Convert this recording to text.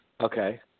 Okay